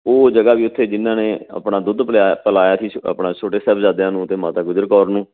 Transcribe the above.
ਉਹ ਜਗ੍ਹਾ ਵੀ ਉੱਥੇ ਜਿਨ੍ਹਾਂ ਨੇ ਆਪਣਾ ਦੁੱਧ ਪਲਾਇ ਪਿਲਾਇਆ ਸੀ ਆਪਣਾ ਛੋਟੇ ਸਾਹਿਬਜ਼ਾਦਿਆਂ ਨੂੰ ਅਤੇ ਮਾਤਾ ਗੁਜਰ ਕੌਰ ਨੂੰ